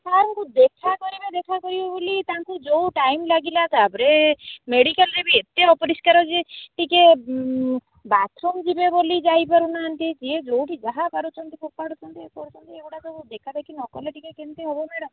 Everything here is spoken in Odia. ସାର୍ଙ୍କୁ ଦେଖା କରିବେ ଦେଖା କରିବେ ବୋଲି ତାଙ୍କୁ ଯେଉଁ ଟାଇମ୍ ଲାଗିଲା ତାପରେ ମେଡ଼ିକାଲରେ ବି ଏତେ ଅପରିଷ୍କାର ଯେ ଟିକେ ବାଥରୁମ୍ ଯିବେ ବୋଲି ଯାଇପାରୁନାହାନ୍ତି ଯିଏ ଯେଉଁଠି ଯାହା ପାରୁଛନ୍ତି ଫୋପାଡ଼ୁଛନ୍ତି ଇଏ କରୁଛନ୍ତି ଏଗୁଡ଼ା ସବୁ ଦେଖାଦେଖି ନକଲେ ଟିକେ କେମିତି ହବ ମ୍ୟାଡ଼ାମ୍